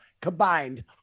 combined